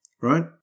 right